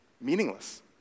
meaningless